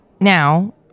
Now